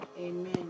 Amen